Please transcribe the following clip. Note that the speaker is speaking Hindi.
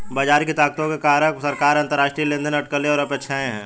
बाजार की ताकतों के कारक सरकार, अंतरराष्ट्रीय लेनदेन, अटकलें और अपेक्षाएं हैं